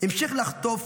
המשיך לחטוף.